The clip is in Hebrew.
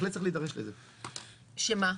שמה?